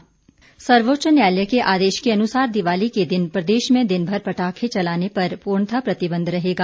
प्रतिबंध सर्वोच्च न्यायालय के आदेश के अनुसार दिवाली के दिन प्रदश में दिन भर पटाखे चलाने पर पूर्णतः प्रतिबंध रहेगा